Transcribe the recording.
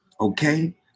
okay